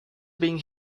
being